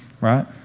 right